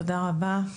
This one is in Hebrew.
תודה רבה.